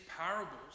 parables